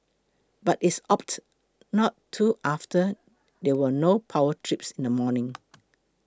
but it opted not to after there were no power trips in the morning